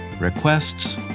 requests